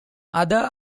other